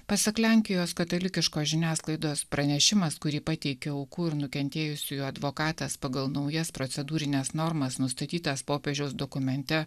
pasak lenkijos katalikiškos žiniasklaidos pranešimas kurį pateikė aukų ir nukentėjusiųjų advokatas pagal naujas procedūrines normas nustatytas popiežiaus dokumente